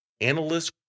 analyst's